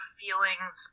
feelings